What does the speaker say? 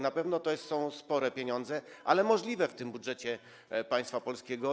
Na pewno są to spore pieniądze, ale możliwe w tym budżecie państwa polskiego.